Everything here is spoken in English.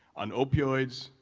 on opioids,